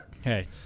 Hey